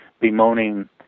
bemoaning